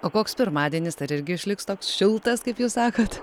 o koks pirmadienis ar irgi išliks toks šiltas kaip jūs sakot